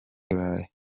burayi